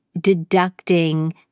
deducting